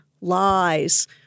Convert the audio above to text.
lies